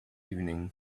evening